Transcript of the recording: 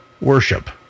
worship